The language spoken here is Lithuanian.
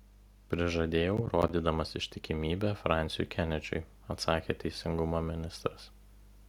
prižadėjau rodydamas ištikimybę fransiui kenedžiui atsakė teisingumo ministras